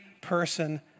person